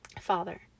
Father